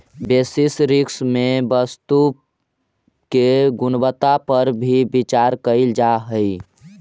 basis risk में वस्तु के गुणवत्ता पर भी विचार कईल जा हई